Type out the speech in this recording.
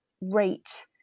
rate